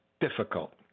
difficult